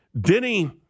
Denny